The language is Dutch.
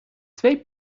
twee